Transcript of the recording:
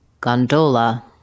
gondola